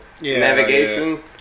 navigation